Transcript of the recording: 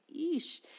Eesh